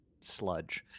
sludge